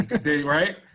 Right